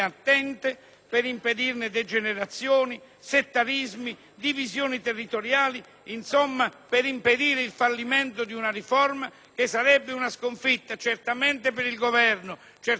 divisioni territoriali, insomma, per impedire il fallimento di una riforma che sarebbe una sconfitta certamente per il Governo, certamente per la maggioranza, ma ancor più per tutto il Paese.